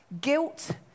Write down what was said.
guilt